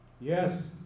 Yes